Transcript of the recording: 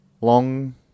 long